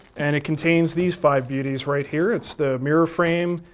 and it contains these five beauties right here. it's the mirror frame,